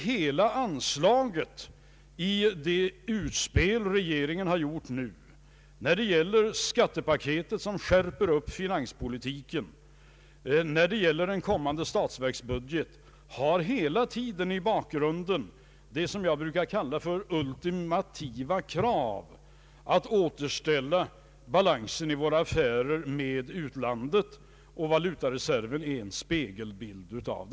Hela anslaget i det utspel regeringen nu har gjort när det gäller skattepaketet — som skärper upp finanspolitiken inför den kommande statsverksbudgeten — har i bakgrunden det som jag brukar kalla ett ultimativt krav: att återställa balansen i våra affärer med utlandet, och den är valutareserven en spegelbild av.